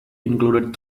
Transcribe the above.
included